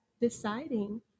deciding